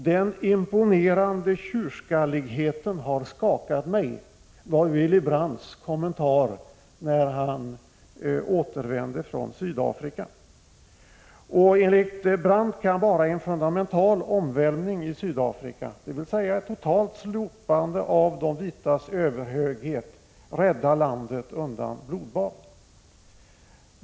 Den imponerande tjurskalligheten har skakat mig, var Willy Brandts kommentar när han återvände från Sydafrika. Enligt Brandt kan bara en fundamental omvälvning i Sydafrika, dvs. ett totalt slopande av de vitas överhöghet, rädda landet undan blodbad.